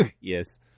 Yes